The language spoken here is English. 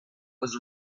was